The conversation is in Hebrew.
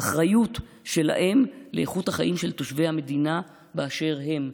האחריות שלהם לאיכות החיים של תושבי המדינה באשר הם.